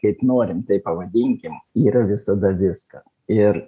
kaip norim taip pavadinkim yra visada viskas ir